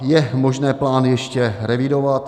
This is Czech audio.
Je možné plán ještě revidovat?